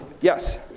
Yes